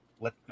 let